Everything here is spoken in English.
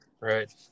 Right